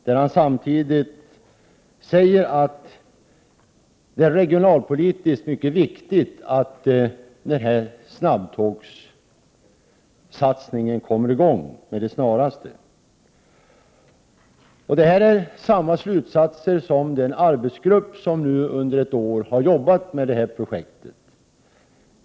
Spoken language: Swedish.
Han sade samtidigt att det regionalpolitiskt är mycket viktigt att denna snabbtågssatsning kommer i gång med det snaraste. Det är samma slutsatser som har dragits av den arbetsgrupp som nu under ett år har jobbat med det här projektet.